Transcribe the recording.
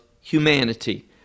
humanity